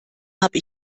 habe